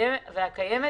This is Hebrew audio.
והנוכחית